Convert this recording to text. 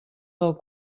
del